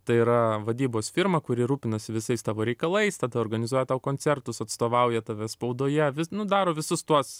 tai yra vadybos firmą kuri rūpinasi visais tavo reikalais organizuoja tau koncertus atstovauja tave spaudoje nu daro visus tuos